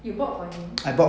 you bought for him